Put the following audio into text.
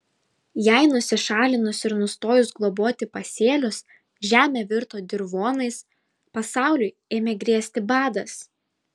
jai nusišalinus ir nustojus globoti pasėlius žemė virto dirvonais pasauliui ėmė grėsti badas